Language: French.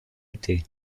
été